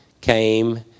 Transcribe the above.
came